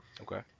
Okay